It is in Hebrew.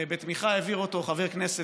בתמיכה, העביר אותו חבר כנסת,